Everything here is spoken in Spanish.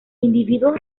individuos